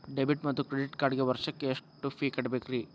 Debit ಮತ್ತು credit ಕಾರ್ಡ್ಗೆ ವರ್ಷಕ್ಕ ಎಷ್ಟ ಫೇ ಕಟ್ಟಬೇಕ್ರಿ?